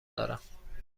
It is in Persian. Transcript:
دارم